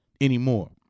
anymore